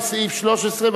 לסעיף 13,